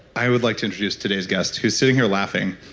i would like to introduce today's guest who's sitting here laughing.